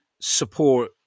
support